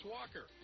Walker